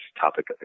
topic